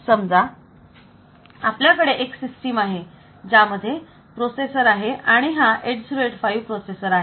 समजा आपल्याकडे एक सिस्टीम आहे ज्यामध्ये प्रोसेसर आहे आणि हा 8085 प्रोसेसर आहे